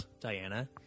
Diana